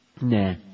Nah